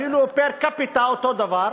אפילו פר-קפיטה, אותו דבר.